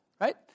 right